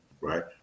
Right